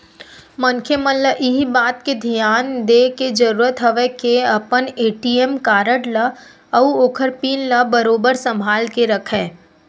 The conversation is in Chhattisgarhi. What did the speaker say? मनखे मन ल इही बात के धियान देय के जरुरत हवय के अपन ए.टी.एम कारड ल अउ ओखर पिन ल बरोबर संभाल के रखय